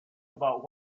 about